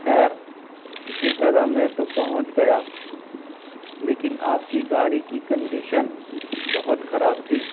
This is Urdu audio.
خیر کسی طرح میں تو پہنچ گیا لیکن آپ کی گاڑی کی کنڈیشن بہت خراب تھی